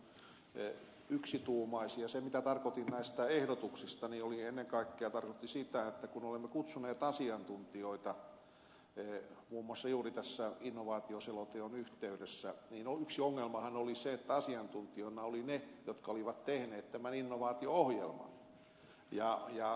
se mitä puhuin näistä ehdotuksista tarkoitti ennen kaikkea sitä että kun olemme kutsuneet asiantuntijoita muun muassa juuri innovaatioselonteon yhteydessä niin yksi ongelmahan oli se että asiantuntijoina olivat ne jotka olivat tehneet tämän innovaatio ohjelman